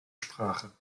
sprachen